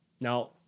Now